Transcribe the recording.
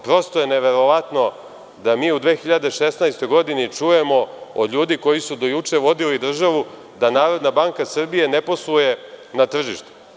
Prosto je neverovatno da mi u 2016. godini čujemo od ljudi koji su do juče vodili državu da NBS ne posluje na tržištu.